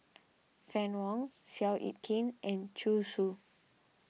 Fann Wong Seow Yit Kin and Zhu Xu